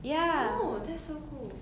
oh that's so cool